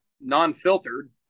non-filtered